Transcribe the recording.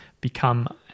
become